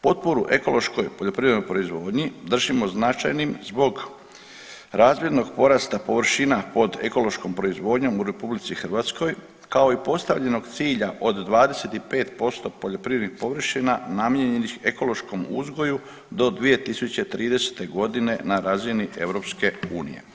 Potporu ekološkoj poljoprivrednoj proizvodnji držimo značajnim zbog razvidnog porasta površina pod ekološkom proizvodnjom u RH kao i postavljenog cilja od 25% poljoprivrednih površina namijenjenih ekološkom uzgoju do 2030. godine na razini EU.